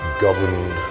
governed